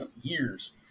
years